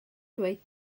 dweud